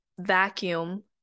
vacuum